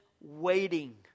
waiting